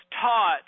taught